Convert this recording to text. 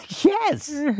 Yes